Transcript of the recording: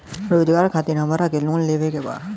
रोजगार खातीर हमरा के लोन लेवे के बा?